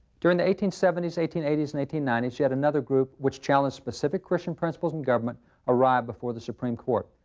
during the eighteen seventy s, eighteen eighty s, and eighteen ninety s yet another group, which challenged specific christian principles in government arrived before the supreme court.